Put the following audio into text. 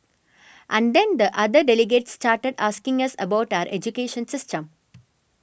and then the other delegates started asking us about our education system